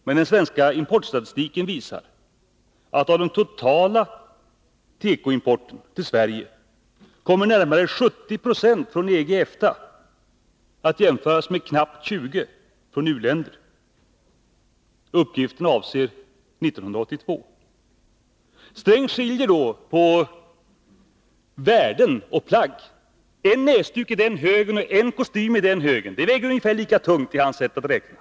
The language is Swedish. Men den svenska importstatistiken visar att av den totala tekoimporten till Sverige kommer närmare 70 96 från EG och EFTA. Det skall jämföras med knappt 20 90 från u-länder. Uppgifterna avser 1982. Gunnar Sträng skiljer då på värden och plagg. En näsduk i den högen och en kostym i den andra högen väger ungefär lika tungt enligt hans sätt att beräkna.